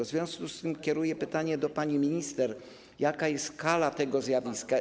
W związku z tym kieruję pytania do pani minister: Jaka jest skala tego zjawiska?